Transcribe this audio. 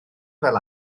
fel